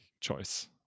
choice